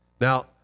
Now